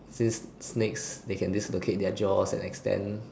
since snakes they can dislocate their jaws and extend